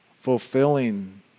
Fulfilling